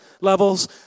levels